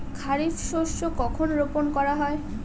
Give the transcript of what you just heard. খারিফ শস্য কখন রোপন করা হয়?